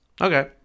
Okay